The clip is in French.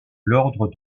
l’ordre